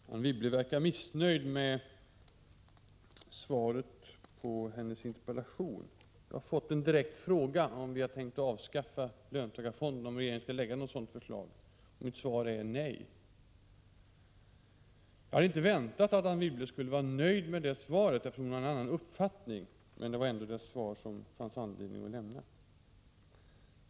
Herr talman! Anne Wibble verkar vara missnöjd med svaret på hennes interpellation. Jag har fått en direkt fråga — om regeringen skall lägga fram något förslag om avskaffande av löntagarfonderna. Mitt svar är nej. Jag har inte väntat att Anne Wibble skulle vara nöjd med det svaret, eftersom hon har en annan uppfattning. Men det var ändå det svar som det fanns anledning att lämna.